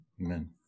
amen